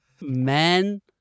Men